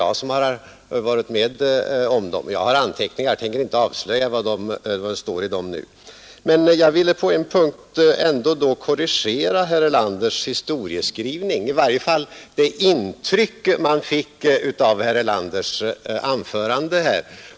Jag har anteckningar från dessa och tänker inte nu avslöja vad som står i dem. På en punkt vill jag ändå korrigera herr Erlanders historieskrivning, i varje fall det intryck man fick av herr Erlanders anförande här.